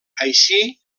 així